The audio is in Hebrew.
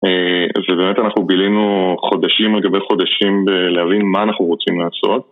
ובאמת אנחנו גילינו חודשים לגבי חודשים להבין מה אנחנו רוצים לעשות